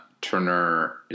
Turner